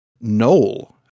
Noel